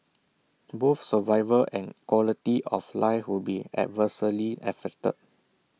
both survival and quality of life would be adversely affected